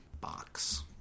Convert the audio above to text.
box